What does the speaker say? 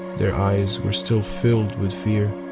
their eyes were still filled with fear.